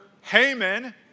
Haman